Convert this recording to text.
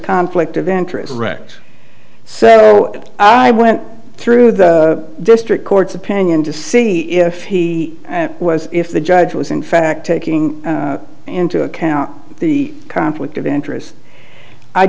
conflict of interest wrecked so i went through the district court's opinion to see if he was if the judge was in fact taking into account the conflict of interest i